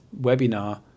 webinar